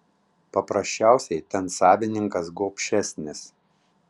paprasčiausiai ten savininkas gobšesnis